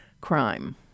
crime